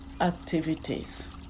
activities